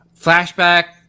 Flashback